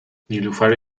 نیلوفر